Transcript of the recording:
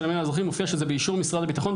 האזרחי מופיע שזה באישור משרד הביטחון,